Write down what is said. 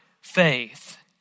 faith